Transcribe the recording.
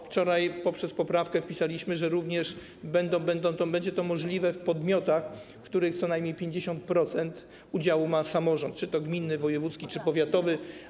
Wczoraj poprzez poprawkę wpisaliśmy, że również będzie to możliwe w podmiotach, w których co najmniej 50% udziału ma samorząd, czy to gminny, czy wojewódzki, czy powiatowy.